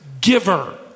giver